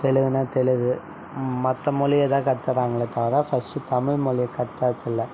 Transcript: தெலுங்குன்னா தெலுங்கு மற்ற மொழியைத்தான் கற்றுத்தராங்களே தவிர ஃபஸ்ட்டு தமிழ் மொழியை கற்றுத்தரதில்ல